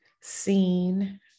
seen